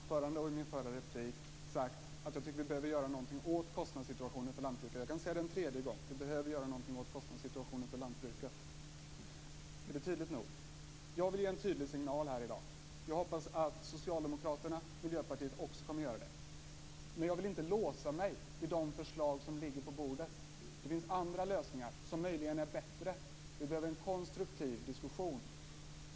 Fru talman! Jag sade i mitt anförande och i min förra replik att jag tycker att man behöver göra någonting åt kostnadssituationen för lantbrukare. Jag kan säga det en tredje gång: Vi behöver göra någonting åt kostnadssituationen för lantbrukare. Var det tydligt nog? Jag vill ge en tydlig signal här i dag. Jag hoppas att också Socialdemokraterna och Miljöpartiet kommer att göra det. Men jag vill inte låsa mig vid de förslag som ligger på bordet. Det finns andra lösningar som kan vara bättre. Det behövs en konstruktiv diskussion.